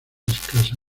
escasa